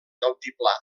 altiplà